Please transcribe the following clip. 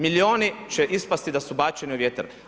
Milijuni će ispasti da su bačeni u vjetar.